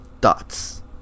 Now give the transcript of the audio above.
dots